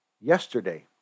yesterday